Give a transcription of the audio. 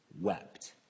wept